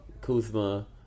Kuzma